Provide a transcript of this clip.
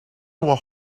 were